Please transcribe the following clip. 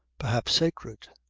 perhaps sacred.